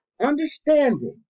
understanding